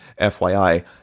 fyi